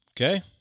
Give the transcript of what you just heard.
Okay